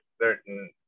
certain